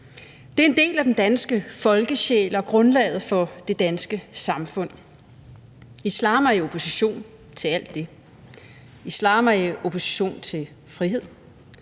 Det er en del af den danske folkesjæl og grundlaget for det danske samfund. Islam er i opposition til alt det. Islam er i opposition til frihed,